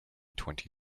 twenty